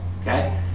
okay